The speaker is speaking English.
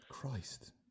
Christ